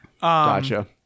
Gotcha